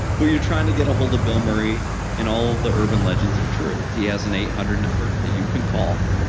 but you're trying to get a hold of bill murray and all of the urban legends are true. he has an eight hundred number that you can call